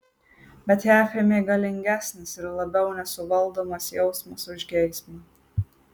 bet ją apėmė galingesnis ir labiau nesuvaldomas jausmas už geismą